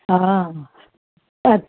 हा अछा